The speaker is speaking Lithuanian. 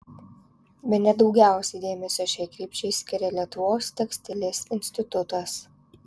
bene daugiausiai dėmesio šiai krypčiai skiria lietuvos tekstilės institutas